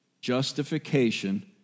justification